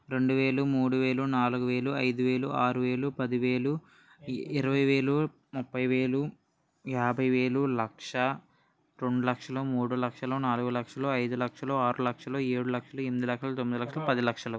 రెండు వేలు మూడు వేలు నాలుగు వేలు ఐదు వేలు ఆరు వేలు పది వేలు ఇ ఇరవైవేలు ముప్పైవేలు యాభైవేలు లక్ష రెండులక్షలు మూడులక్షలు నాలుగు లక్షలు ఐదు లక్షలు ఆరు లక్షలు ఏడు లక్షలు ఎనిమిది లక్షలు తొమ్మిది లక్షలు పది లక్షలు